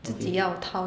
okay